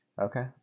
Okay